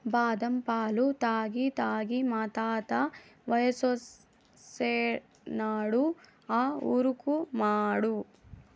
బాదం పాలు తాగి తాగి మా తాత వయసోడైనాడు ఆ ఊరుకుమాడు